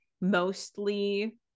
mostly